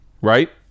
Right